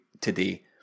today